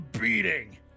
beating